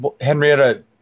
Henrietta